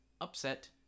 upset